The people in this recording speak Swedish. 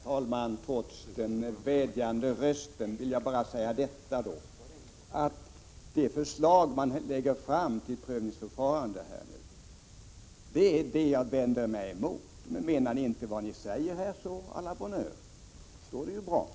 Herr talman! Trots talmannens vädjande tonfall vill jag säga följande: Detta förslag till prövningsförfarande är just det jag vänder mig emot men menar ni inte vad ni säger, så å la bonne heure! Då är ju allt bra.